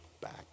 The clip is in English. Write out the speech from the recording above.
back